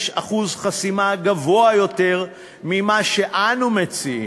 יש אחוז חסימה גבוה יותר ממה שאנו מציעים,